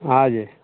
हँ जी